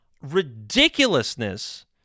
ridiculousness